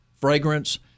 fragrance